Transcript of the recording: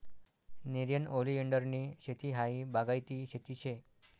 नेरियन ओलीएंडरनी शेती हायी बागायती शेती शे